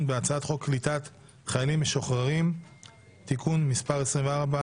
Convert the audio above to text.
בהצעת חוק קליטת חיילים משוחררים (תיקון מס' 24),